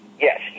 yes